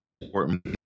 important